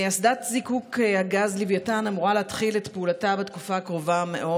אסדת זיקוק הגז לווייתן אמורה להתחיל את פעולתה בתקופה הקרובה מאוד.